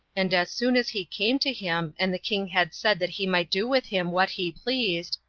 and as soon as he came to him, and the king had said that he might do with him what he pleased,